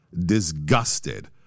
disgusted